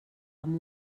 amb